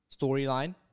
storyline